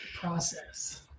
process